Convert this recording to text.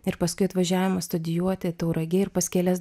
ir paskui atvažiavo studijuoti tauragėj ir pas kelias